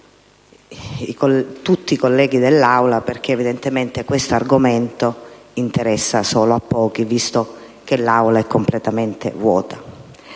ringraziare tutti i colleghi, perché evidentemente questo argomento interessa solo pochi, visto che l'Aula è completamente vuota.